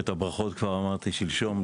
את הברכות כבר אמרתי שלשום.